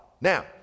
Now